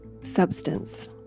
substance